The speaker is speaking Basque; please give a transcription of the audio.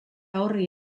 horri